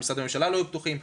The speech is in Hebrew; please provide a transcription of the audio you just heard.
משרדי הממשלה לא היו פתוחים,